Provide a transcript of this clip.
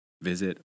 visit